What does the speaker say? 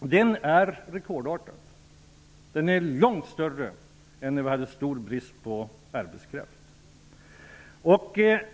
Den är rekordartad. Det är långt mer övertid nu än då det var stor brist på arbetskraft.